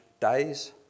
days